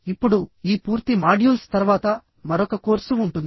ఇప్పుడు ఈ పూర్తి మాడ్యూల్స్ తర్వాత మరొక కోర్సు ఉంటుంది